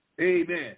Amen